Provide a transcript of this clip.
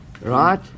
right